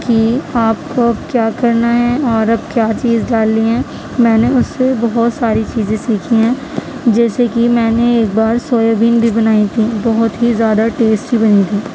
کہ آپ کو کیا کرنا ہے اور اب کیا چیز ڈالنی ہے میں نے اس سے بہت ساری چیزیں سیکھی ہیں جیسے کہ میں نے ایک بار سویابین بھی بنائی تھی بہت ہی زیادہ ٹیسٹی بنی تھی